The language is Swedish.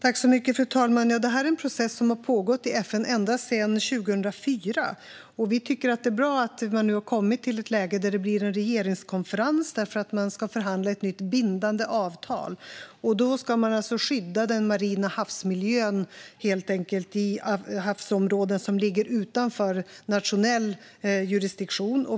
Fru talman! Det här är en process som har pågått i FN ända sedan 2004. Vi tycker att det är bra att man nu har kommit till ett läge där det blir en regeringskonferens eftersom man ska förhandla fram ett nytt bindande avtal. Då ska man skydda den marina havsmiljön i havsområden som ligger utanför nationell jurisdiktion.